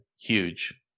huge